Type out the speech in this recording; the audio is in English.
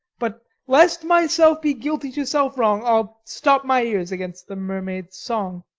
but, lest myself be guilty to self-wrong, i'll stop mine ears against the mermaid's song.